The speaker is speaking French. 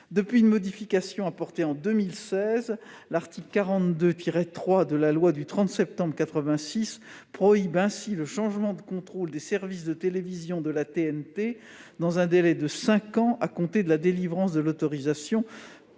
depuis une modification apportée en 2016, l'article 42-3 de la loi du 30 septembre 1986 prohibe le changement de contrôle des services de télévision de la TNT pendant un délai de cinq ans à compter de la délivrance de l'autorisation,